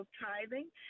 tithing